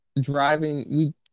driving